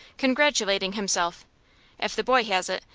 congratulating himself if the boy has it,